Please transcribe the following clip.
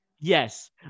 Yes